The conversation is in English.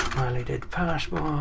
validate password,